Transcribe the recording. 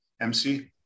MC